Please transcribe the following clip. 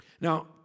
Now